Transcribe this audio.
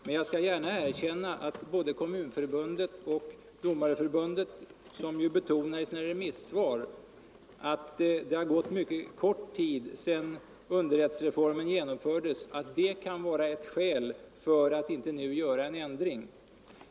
Men jag skall gärna erkänna att det, som både Kommunförbundet och Domareförbundet betonar i sina remissvar, har gått ganska kort tid sedan underrättsreformen genomfördes och att det kan vara ett skäl för att inte nu göra en ändring.